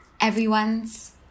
everyone's